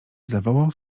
zawołał